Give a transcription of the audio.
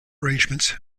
arrangements